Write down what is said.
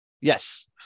yes